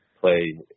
play